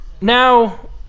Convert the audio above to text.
now